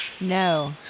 No